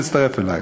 להצטרף אלי,